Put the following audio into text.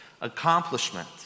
accomplishment